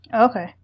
Okay